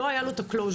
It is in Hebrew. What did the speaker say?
לא היה לו את הקלוז'ר,